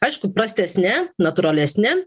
aišku prastesne natūralesne